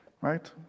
right